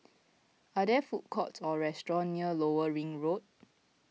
are there food courts or restaurants near Lower Ring Road